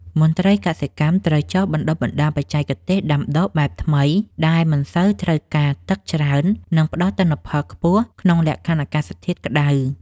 មន្ត្រីកសិកម្មត្រូវចុះបណ្តុះបណ្តាលបច្ចេកទេសដាំដុះបែបថ្មីដែលមិនសូវត្រូវការទឹកច្រើន និងផ្តល់ទិន្នផលខ្ពស់ក្នុងលក្ខខណ្ឌអាកាសធាតុក្តៅ។